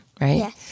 right